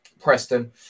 Preston